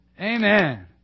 Amen